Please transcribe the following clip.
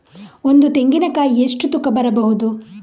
ಒಂದು ತೆಂಗಿನ ಕಾಯಿ ಎಷ್ಟು ತೂಕ ಬರಬಹುದು?